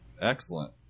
excellent